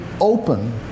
open